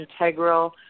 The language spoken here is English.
integral